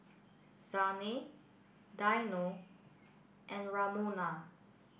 Zhane Dino and Ramona